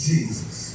Jesus